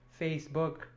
Facebook